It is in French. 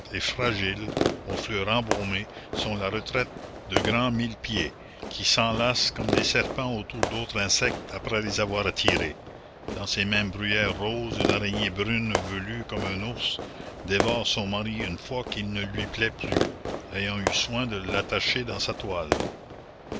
et fragiles aux fleurs embaumées sont la retraite de grands mille pieds qui s'enlacent comme des serpents autour d'autres insectes après les avoir attirés dans ces mêmes bruyères roses une araignée brune velue comme un ours dévore son mari une fois qu'il ne lui plaît plus ayant eu soin de l'attacher dans sa toile